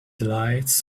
lights